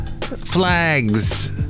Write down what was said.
Flags